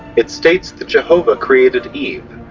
it states that jehovah created eve,